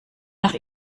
nach